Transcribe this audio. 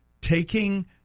taking